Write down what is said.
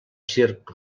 circ